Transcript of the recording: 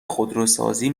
خودروسازی